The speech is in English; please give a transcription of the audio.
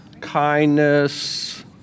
Kindness